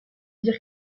dire